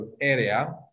area